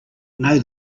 know